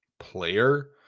player